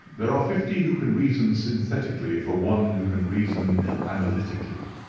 there are fifty who can reason synthetically for one who can reason analytically.